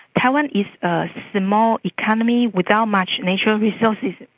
taiwan is a small economy without much natural resources,